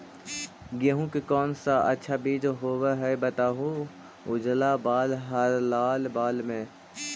गेहूं के कौन सा अच्छा बीज होव है बताहू, उजला बाल हरलाल बाल में?